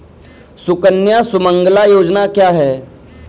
सुकन्या सुमंगला योजना क्या है?